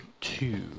two